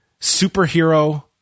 superhero